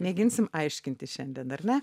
mėginsim aiškintis šiandien ar ne